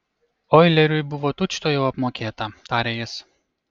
oileriui buvo tučtuojau apmokėta tarė jis